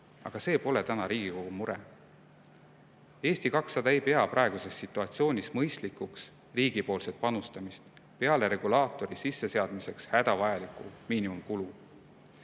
aga see pole täna Riigikogu mure. Eesti 200 ei pea praeguses situatsioonis mõistlikuks riigi panustamist peale regulaatori sisseseadmiseks hädavajaliku miinimumkulu.